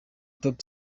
stop